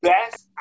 Best